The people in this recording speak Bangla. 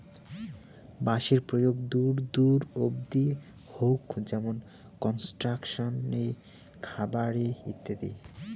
বাঁশের প্রয়োগ দূর দূর অব্দি হউক যেমন কনস্ট্রাকশন এ, খাবার এ ইত্যাদি